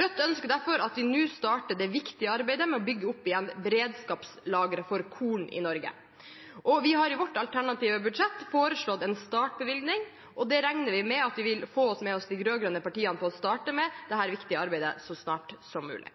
Rødt ønsker derfor at vi nå starter det viktige arbeidet med å bygge opp igjen beredskapslageret for korn i Norge. Vi har i vårt alternative budsjett foreslått en startbevilgning. Vi regner med at vi vil få med oss de rød-grønne partiene på å starte dette viktige arbeidet så snart som mulig.